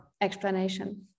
Explanation